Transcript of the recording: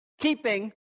keeping